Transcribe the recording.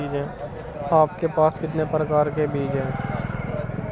आपके पास कितने प्रकार के बीज हैं?